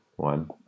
one